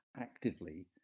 actively